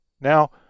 Now